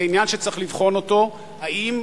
זה עניין שאנחנו צריכים לבחון אותו, האם